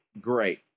great